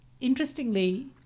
interestingly